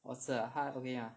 orh 是啊他 okay mah